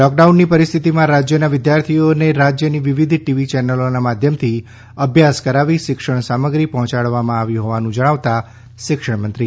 લોકડાઉનની પરિસ્થિતિમાં રાજયમાં વિદ્યાર્થીઓને રાજયની વિવિધ ટીવી ચેનલોના માધ્યમથી અભ્યાસ કરાવી શિક્ષણ સામગ્રી પહોયાડવામાં આવી હોવાનું જણાવતાં શિક્ષણ મંત્રી